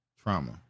trauma